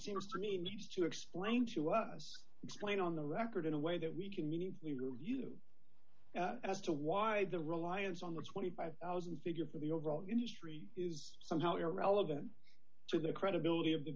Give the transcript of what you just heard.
seems to me needs to explain to us explain on the record in a way that we can meaningfully review as to why the reliance on the twenty five thousand figure for the overall industry is somehow irrelevant to the credibility of the